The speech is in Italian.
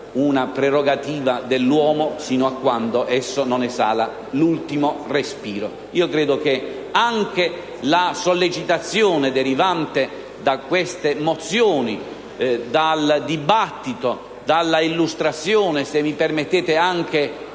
una prerogativa dell'uomo fino a quando non esala l'ultimo respiro. Io credo che anche la sollecitazione derivante da queste mozioni, dal dibattito sviluppatosi, il profondo